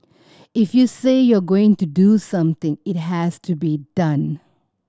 if you say you are going to do something it has to be done